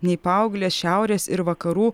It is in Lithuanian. nei paauglės šiaurės ir vakarų